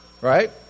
right